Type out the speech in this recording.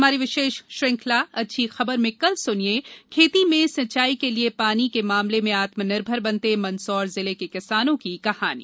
हमारी विशेष श्रृंखला अच्छी खबर में कल सुनिए खेती में सिंचाई के लिये पानी के मामले में आत्मनिर्भर बनते मंदसौर जिले के किसानों की कहानी